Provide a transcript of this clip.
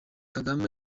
kagame